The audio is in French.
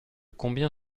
combien